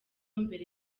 mbere